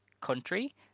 Country